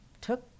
took